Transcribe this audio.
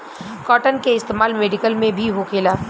cotton के इस्तेमाल medical में भी होखेला